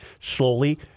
Slowly